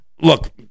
Look